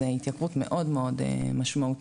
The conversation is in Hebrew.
זו התייקרות מאוד משמעותית.